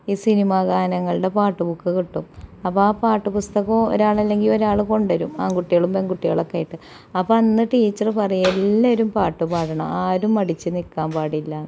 E cinema ഗാനങ്ങളുടെ പാട്ടുബുക്ക് കിട്ടും അപ്പം ആ പാട്ട് പുസ്തകവും ഒരാള് അല്ലെങ്കിൽ ഒരാള് കൊണ്ടുവരും ആൺകുട്ടികളും പെൺക്കുട്ടികളൊക്കെയായിട്ട് അപ്പം അന്ന് ടീച്ചറ് പറയും എല്ലാവരും പാട്ടുപാടണം ആരും മടിച്ച് നിൽക്കാൻ പാടില്ല